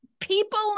people